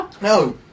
No